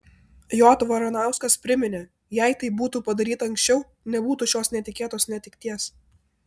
j varanauskas priminė jei tai būtų padaryta anksčiau nebūtų šios netikėtos netekties